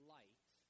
light